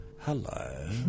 hello